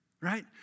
right